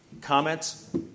comments